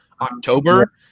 October